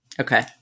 Okay